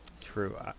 True